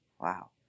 Wow